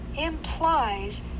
implies